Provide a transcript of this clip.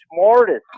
smartest